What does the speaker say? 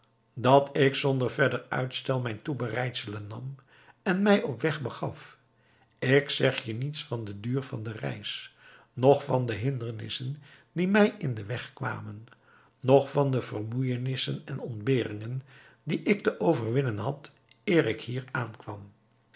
dat ik zonder verder uitstel mijn toebereidselen nam en mij op weg begaf ik zeg je niets van den duur der reis noch van de hindernissen die mij in den weg kwamen noch van de vermoeienissen en ontberingen die ik te overwinnen had eer ik hier aankwam